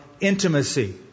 intimacy